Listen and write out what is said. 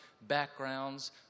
backgrounds